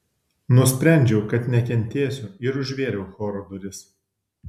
nusprendžiau kad nekentėsiu ir užvėriau choro duris